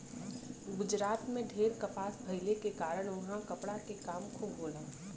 गुजरात में ढेर कपास भइले के कारण उहाँ कपड़ा के काम खूब होला